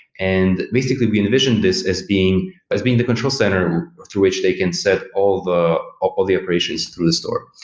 and basically, we envisioned this as being as being the control center through which they can set all the ah the operations through the store.